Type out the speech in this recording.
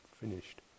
finished